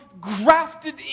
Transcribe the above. grafted